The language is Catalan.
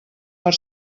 per